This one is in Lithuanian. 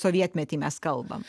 sovietmetį mes kalbam